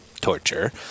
torture